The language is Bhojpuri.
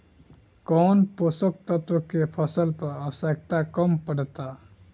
कौन पोषक तत्व के फसल पर आवशयक्ता कम पड़ता?